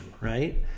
right